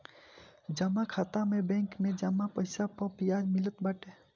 जमा खाता में बैंक में जमा पईसा पअ बियाज मिलत बाटे